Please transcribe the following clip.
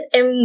em